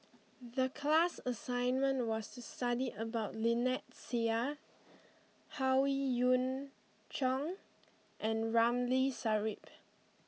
the class assignment was to study about Lynnette Seah Howe Yoon Chong and Ramli Sarip